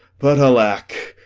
but alack,